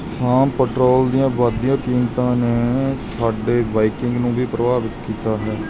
ਆਮ petrol ਦੀਆਂ ਵੱਧਦੀਆਂ ਕੀਮਤਾਂ ਨੇ ਸਾਡੇ ਬਾਈਕਿੰਗ ਨੂੰ ਵੀ ਪ੍ਰਭਾਵਿਤ ਕੀਤਾ ਹੈ